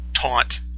taunt